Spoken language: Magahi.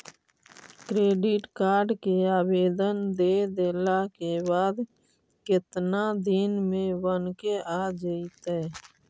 क्रेडिट कार्ड के आवेदन दे देला के बाद केतना दिन में बनके आ जइतै?